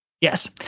Yes